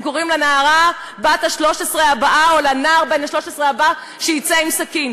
הם קוראים לנערה בת ה-13 הבאה או לנער בן ה-13 הבא שיצא עם סכין.